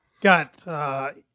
Got